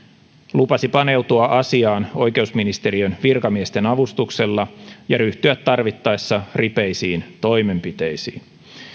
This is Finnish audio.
lupasi paneutua asiaan oikeusministeriön virkamiesten avustuksella ja ryhtyä tarvittaessa ripeisiin toimenpiteisiin